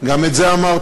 גם את זה אמרתי,